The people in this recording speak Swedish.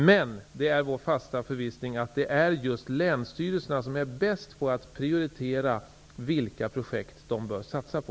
Men det är vår fasta förvissning att det är just länsstyrelserna som är bäst på att prioritera vilka projekt de bör satsa på.